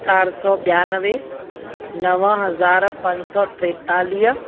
चारि सौ ॿियानवे नव हज़ार पंज सौ टेतालीह